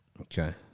Okay